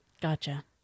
Gotcha